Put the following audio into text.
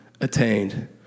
attained